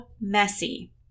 messy